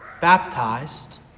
baptized